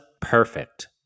perfect